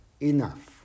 enough